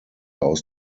aus